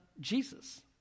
Jesus